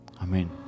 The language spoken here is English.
Amen